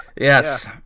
yes